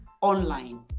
online